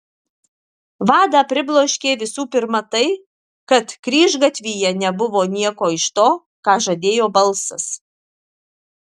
vadą pribloškė visų pirma tai kad kryžgatvyje nebuvo nieko iš to ką žadėjo balsas